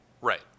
right